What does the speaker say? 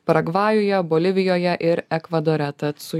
paragvajuje bolivijoje ir ekvadore tad su